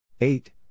eight